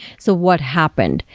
so what happened?